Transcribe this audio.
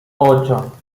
ocho